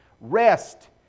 rest